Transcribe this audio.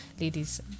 ladies